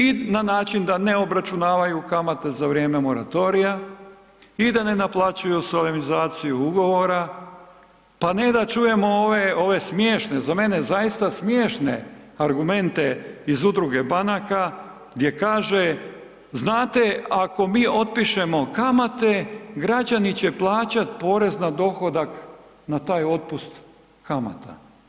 I na način da ne obračunavaju kamate za vrijeme moratorija i da ne naplaćuju solemnizaciju ugovora, pa ne da čujemo ove, ove smiješne, za mene zaista smiješne argumente iz udruge banaka gdje kaže, znate ako mi otpišemo kamate, građani će plaćat porez na dohodak na taj otpust kamata.